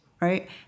right